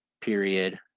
period